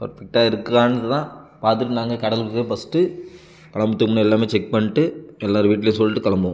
பர்ஃபெக்டாக இருக்கான்னு தான் பார்த்துட்டு நாங்கள் கடலுக்கே ஃபஸ்ட்டு கிளம்புறத்துக்கு முன்னாடி எல்லாமே செக் பண்ணிட்டு எல்லார் வீட்லையும் சொல்லிட்டு கிளம்புவோம்